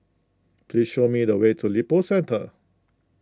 please show me the way to Lippo Centre